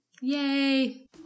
yay